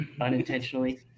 unintentionally